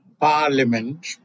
parliament